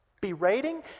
Berating